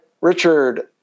Richard